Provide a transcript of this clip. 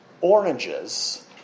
oranges